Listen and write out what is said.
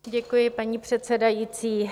Děkuji, paní předsedající.